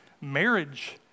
marriage